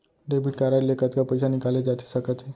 Debit card ले कतका पइसा निकाले जाथे सकत हे?